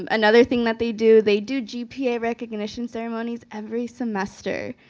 um another thing that they do, they do gpa recognition ceremonies every semester,